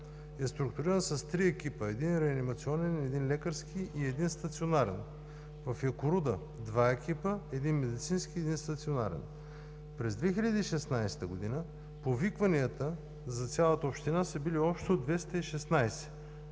е структуриран с три екипа: един реанимационен, един лекарски и един стационарен. В Якоруда има два екипа: един медицински и един стационарен. През 2016 г. повикванията за цялата община са били общо 216